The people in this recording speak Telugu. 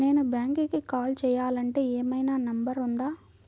నేను బ్యాంక్కి కాల్ చేయాలంటే ఏమయినా నంబర్ ఉందా?